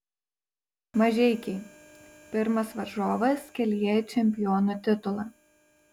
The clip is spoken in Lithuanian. mažeikiai pirmas varžovas kelyje į čempionų titulą